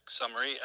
summary